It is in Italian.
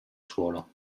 suolo